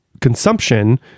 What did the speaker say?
consumption